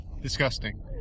Disgusting